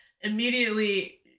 immediately